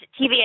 TVA